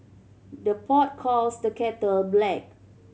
the pot calls the kettle black